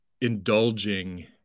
indulging